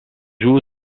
joue